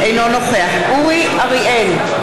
אינו נוכח אורי אריאל,